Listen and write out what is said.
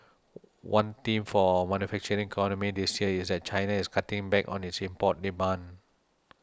one theme for our manufacturing economy this year is that China is cutting back on its import demand